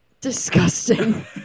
Disgusting